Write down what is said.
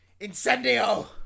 Incendio